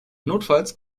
notfalls